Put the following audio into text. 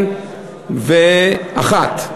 ב-2001,